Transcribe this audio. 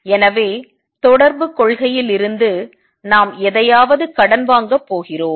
எனவே தொடர்புக் கொள்கையிலிருந்து நாம் எதையாவது கடன் வாங்கப் போகிறோம்